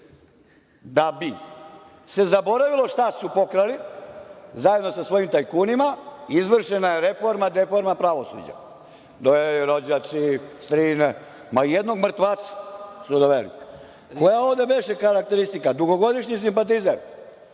da bi se zaboravilo šta su pokrali, zajedno sa svojim tajkunima, izvršena je reforma deforma pravosuđa. Dalji rođaci, strine, ma i jednog mrtvaca su doveli. Koja je ovde beše karakteristika? Dugogodišnji simpatizer.